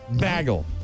bagel